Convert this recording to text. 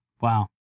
Wow